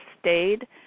stayed